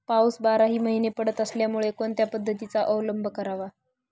पाऊस बाराही महिने पडत असल्यामुळे कोणत्या पद्धतीचा अवलंब करावा?